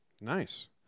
Nice